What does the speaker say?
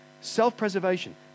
Self-preservation